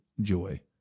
joy